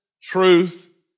truth